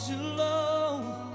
alone